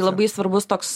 labai svarbus toks